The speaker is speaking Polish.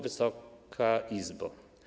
Wysoka Izbo!